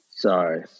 Sorry